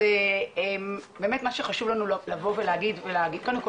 באמת מה שחשוב לנו לבוא ולהגיד הוא קודם כל